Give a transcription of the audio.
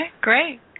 great